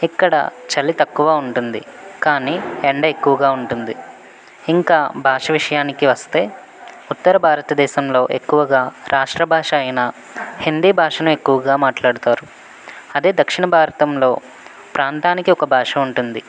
ఇక్కడ చలి తక్కువ ఉంటుంది కానీ ఎండ ఎక్కువగా ఉంటుంది ఇంకా భాష విషయానికి వస్తే ఉత్తర భారత దేశంలో ఎక్కువగా రాష్ట్ర భాష అయినా హిందీ భాషను ఎక్కువగా మాట్లాడతారు అదే దక్షిణ భారతంలో ప్రాంతానికి ఒక భాష ఉంటుంది